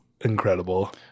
incredible